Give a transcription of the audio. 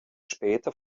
später